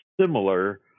similar